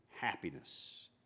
happiness